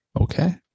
okay